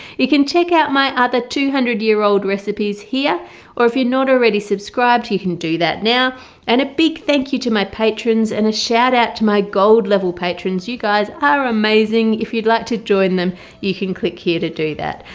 you can check out my other two hundred year old recipes here or if you're not already subscribed you can do that now and a big thank you to my patrons and a shout out to my gold level patrons. you guys are amazing if you'd like to join them you can click here to do that.